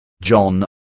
John